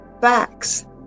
facts